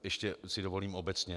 Ještě si dovolím obecně.